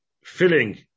filling